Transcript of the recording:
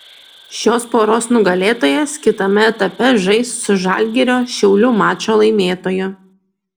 šios poros nugalėtojas kitame etape žais su žalgirio šiaulių mačo laimėtoju